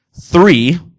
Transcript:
three